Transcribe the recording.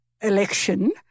election